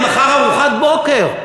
לא בטוחים שתהיה להם מחר ארוחת בוקר.